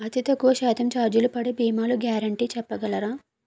అతి తక్కువ శాతం ఛార్జీలు పడే భీమాలు గ్యారంటీ చెప్పగలరా?